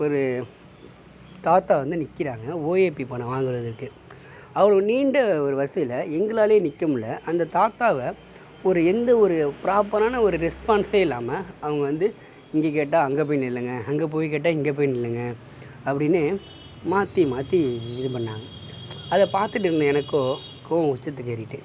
ஒரு தாத்தா வந்து நிற்கிறாங்க ஓஏபி பணம் வாங்குவதற்கு அவர் நீண்ட ஒரு வரிசையில் எங்களாலே நிற்க முடில அந்த தாத்தாவை ஒரு எந்த ஒரு பிராப்பரான ஒரு ரெஸ்பான்ஸே இல்லாமல் அவுங்க வந்து இங்கே கேட்டால் அங்கே போய் நில்லுங்கள் அங்கே போய் கேட்டால் இங்கே போய் நில்லுங்கள் அப்டின்னு மாற்றி மாற்றி இது பண்ணாங்க அதை பார்த்துட்டு இருந்த எனக்கோ கோவம் உச்சத்துக்கு ஏறிட்டு